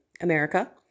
America